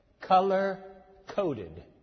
Color-coded